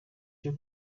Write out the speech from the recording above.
cyo